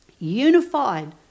unified